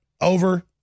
over